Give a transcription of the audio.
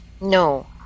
No